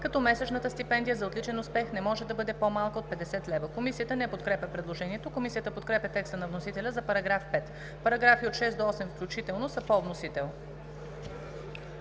„като месечната стипендия за отличен успех не може да бъде по-малка от 50 лв.“ Комисията не подкрепя предложението. Комисията подкрепя текста на вносителя за § 5. Параграфи от 6 до 8 включително са по вносител.